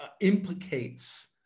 implicates